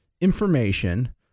information